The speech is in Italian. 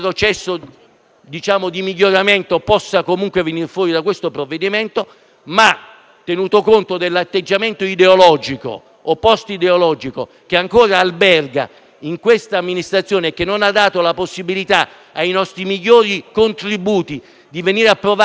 di miglioramento possa comunque emergere da questo provvedimento. Tuttavia, tenuto conto dell'atteggiamento ideologico o *post* ideologico che ancora alberga in questa amministrazione, che non ha dato la possibilità ai nostri migliori contributi di essere approvati per